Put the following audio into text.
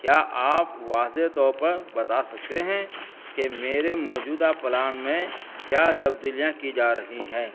کیا آپ واضح طور پر بتا سکتے ہیں کہ میرے موجودہ پلان میں کیا تبدیلیاں کی جا رہی ہیں